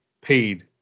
paid